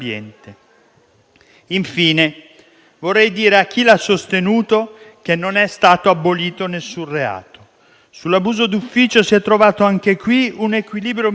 Infine, vorrei dire a chi l'ha sostenuto che non è stato abolito alcun reato. Sull'abuso d'ufficio si è trovato - anche qui - un equilibrio migliore;